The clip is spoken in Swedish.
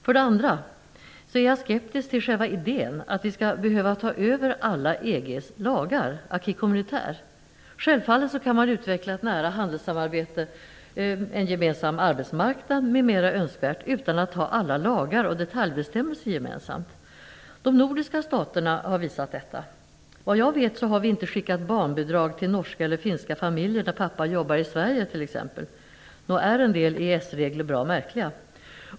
För det andra är jag skeptisk till själva idén att vi skall behöva ta över alla EG:s lagar, l'acquis communautaire. Självfallet kan man utveckla ett nära handelssamarbete, en gemensam arbetsmarknad m.m. önskvärt utan att ha alla lagar och detaljbestämmelser gemensamt. De nordiska staterna har visat detta. Vad jag vet har vi inte skickat barnbidrag till norska eller finska familjer när pappa jobbar i Sverige. Nog är en del EES regler bra märkliga.